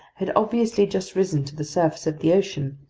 had obviously just risen to the surface of the ocean,